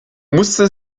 musste